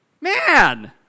Man